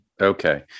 Okay